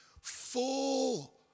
full